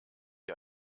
ihr